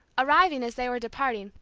arriving, as they were departing,